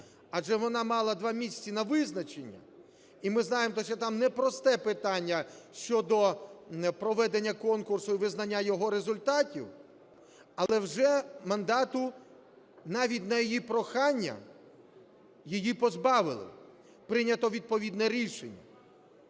адже вона мала два місяці на визначення. І ми знаємо те, що там непросте питання щодо проведення конкурсу і визнання його результатів. Але вже мандату, навіть на її прохання, її позбавили, прийнято відповідне рішення.